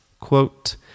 quote